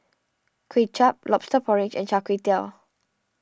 Kuay Chap Lobster Porridge and Char Kway Teow